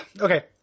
Okay